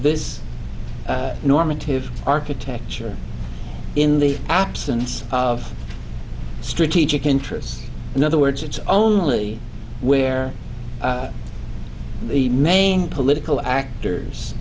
this normative architecture in the absence of strategic interests in other words it's only where the main political actors